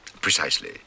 Precisely